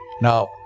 Now